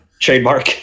Trademark